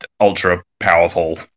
ultra-powerful